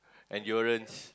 endurance